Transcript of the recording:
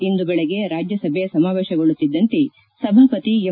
ಇಂದು ಬೆಳಗ್ಗೆ ರಾಜ್ಯಸಭೆ ಸಮಾವೇಶಗೊಳ್ಳುತ್ತಿದ್ದಂತೆ ಸಭಾಪತಿ ಎಂ